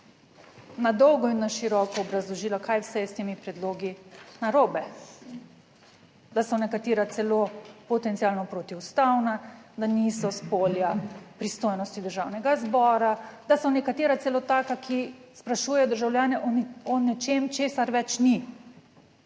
na dolgo in na široko obrazložila, kaj vse je s temi predlogi narobe; da so nekatera celo potencialno protiustavna, da niso s polja pristojnosti Državnega zbora, da so nekatera celo taka, ki sprašujejo državljane o nečem, česar več ni.